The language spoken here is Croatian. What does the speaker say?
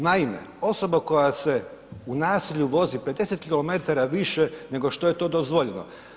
Naime, osoba koja se u naselju vozi 50km više nego što je to dozvoljeno.